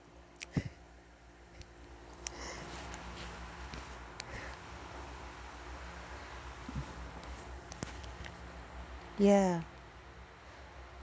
ya